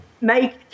make